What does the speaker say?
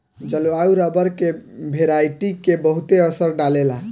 जलवायु रबर के वेराइटी के बहुते असर डाले ला